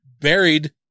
buried